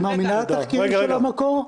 את מאמינה לתחקירים של "המקור"?